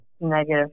negative